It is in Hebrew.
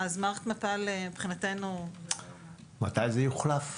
מערכת מפ"ל מבחינתנו --- מתי זה יוחלף?